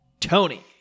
Tony